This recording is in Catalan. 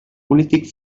polític